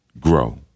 grow